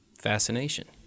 fascination